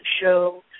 show